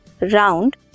round